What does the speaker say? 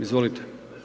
Izvolite.